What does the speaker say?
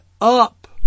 up